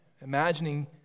imagining